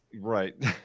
Right